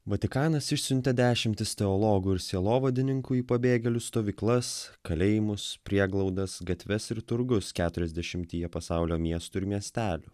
vatikanas išsiuntė dešimtis teologų ir sielovadininkų į pabėgėlių stovyklas kalėjimus prieglaudas gatves ir turgus keturiasdešimtyje pasaulio miestų ir miestelių